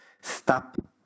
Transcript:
Stop